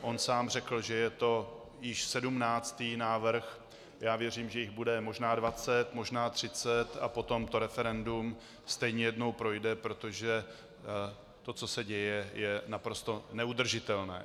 On sám řekl, že je to již 17. návrh, já věřím, že jich bude možná 20, možná 30 a potom to referendum stejně jednou projde, protože to, co se děje, je naprosto neudržitelné.